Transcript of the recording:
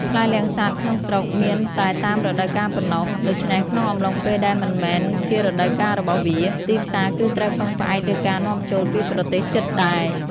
ផ្លែលាំងសាតក្នុងស្រុកមានតែតាមរដូវកាលប៉ុណ្ណោះ ដូច្នេះក្នុងអំឡុងពេលដែលមិនមែនជារដូវកាលរបស់វា ទីផ្សារគឺត្រូវពឹងផ្អែកលើការនាំចូលពីប្រទេសជិតដែរ។